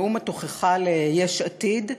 נאום התוכחה ליש עתיד.